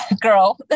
girl